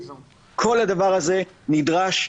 כל הדבר הזה נדרש.